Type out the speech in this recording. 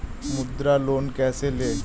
मुद्रा लोन कैसे ले?